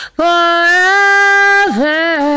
forever